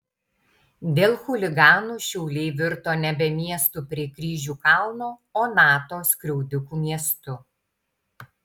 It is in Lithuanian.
dėl chuliganų šiauliai virto nebe miestu prie kryžių kalno o nato skriaudikų miestu